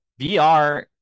vr